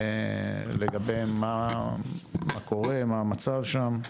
לגבי מה קורה, מה המצב שם?